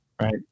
Right